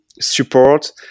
support